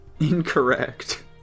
Incorrect